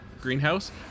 greenhouse